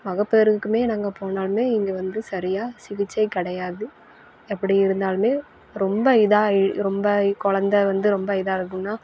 மகப்பேறுக்கும் நாங்கள் போனாலும் இங்கே வந்து சரியாக சிகிச்சை கிடையாது எப்படி இருந்தாலும் ரொம்ப இதாக ரொம்ப குழந்த வந்து ரொம்ப இதாக இருக்குது ன்னா